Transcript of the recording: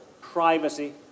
privacy